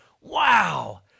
Wow